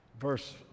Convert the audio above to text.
verse